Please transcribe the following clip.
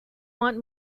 want